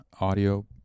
audio